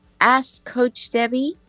askcoachdebbie